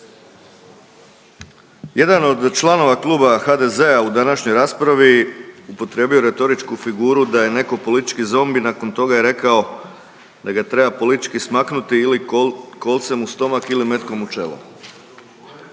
Jedan od članova kluba HDZ-a u današnjoj raspravi upotrebio retoričku figuru da je neko politički zombi i nakon toga je rekao da ga treba politički smaknuti ili kolcem u stomak ili metkom u čelo.